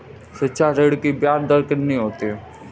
शिक्षा ऋण की ब्याज दर कितनी होती है?